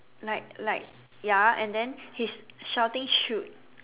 like like ya and then he's shouting shoot